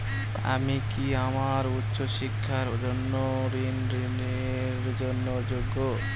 আমি কি আমার উচ্চ শিক্ষার জন্য ছাত্র ঋণের জন্য যোগ্য?